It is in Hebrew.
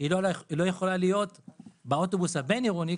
לא יכולה להיות באוטובוס הבין-עירוני,